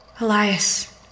Elias